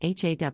HAW